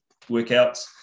workouts